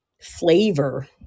flavor